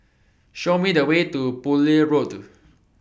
Show Me The Way to Poole Road